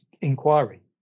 inquiry